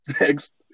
Next